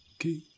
Okay